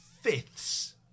fifths